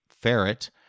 Ferret